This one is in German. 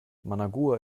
managua